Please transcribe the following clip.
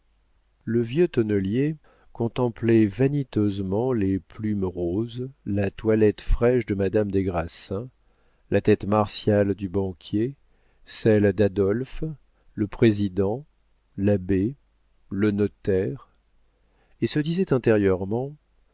le vieux tonnelier contemplait vaniteusement les plumes roses la toilette fraîche de madame des grassins la tête martiale du banquier celle d'adolphe le président l'abbé le notaire et se disait intérieurement